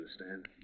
understand